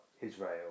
Israel